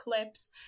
clips